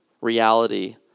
reality